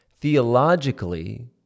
Theologically